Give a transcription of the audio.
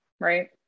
right